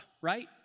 right